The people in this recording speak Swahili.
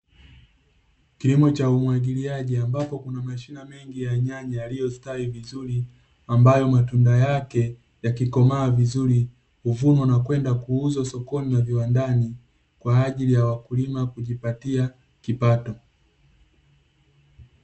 Kilimo ha umwagiliaji ambapo kuna mashina mengi ya nyanya yaliyostawi vizuri, ambayo matunda yake yakikomaa vizuri huvunwa na kwenda kuuzwa sokoni na viwandani, kwa ajili ya wakulima kujipatia kipato.